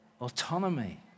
autonomy